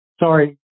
Sorry